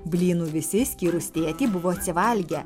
blynų visi išskyrus tėtį buvo atsivalgę